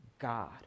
God